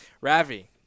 Ravi